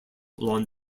long